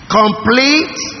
complete